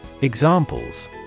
Examples